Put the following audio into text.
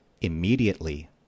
immediately